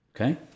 Okay